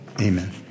Amen